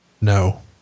no